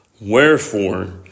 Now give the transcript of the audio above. Wherefore